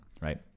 right